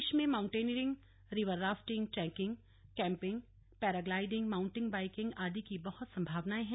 प्रदेश में mountaineering river rafting trekking camping paragliding mountain biking आदि की बहुत सम्भावनाएं हैं